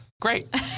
Great